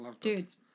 dudes